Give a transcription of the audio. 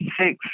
six